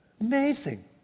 Amazing